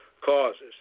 causes